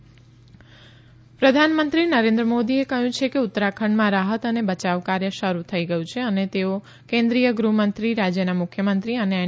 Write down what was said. પ્રધાનમંત્રી પશ્ચિમ બંગાળ પ્રધાનમંત્રી નરેન્દ્ર મોદીએ કહ્યું છે કે ઉત્તરાખંડમાં રાહત અને બચાવ કાર્ય શરૂ થઇ ગયું છે અને તેઓ કેન્દ્રિય ગૃહમંત્રી રાજ્યના મુખ્યમંત્રી અને એન